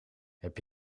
heb